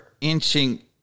inching